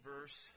verse